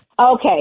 Okay